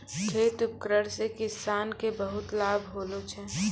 खेत उपकरण से किसान के बहुत लाभ होलो छै